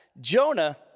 Jonah